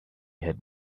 had